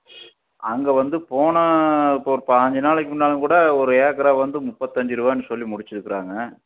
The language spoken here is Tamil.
அங்கே வந்து போன இப்போ ஒரு பாஞ்சு நாளைக்கு முன்னாலும் கூட ஒரு ஏக்கரை வந்து முப்பத்தஞ்சு ரூபான்னு சொல்லி முடிச்சுருக்கறாங்க